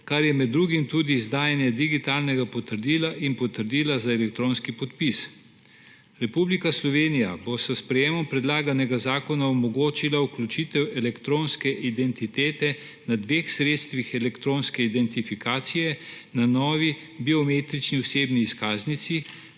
kar je med drugim tudi izdajanje digitalnega potrdila in potrdila za elektronski podpis. Republika Slovenija bo s sprejetjem predlaganega zakona omogočila vključitev elektronske identitete na dveh sredstvih elektronske identifikacije na novi biometrični osebni izkaznici,